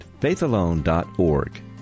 faithalone.org